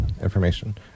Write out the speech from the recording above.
information